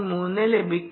3 ലഭിക്കും